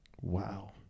Wow